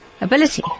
ability